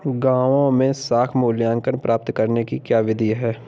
गाँवों में साख मूल्यांकन प्राप्त करने की क्या विधि है?